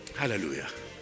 hallelujah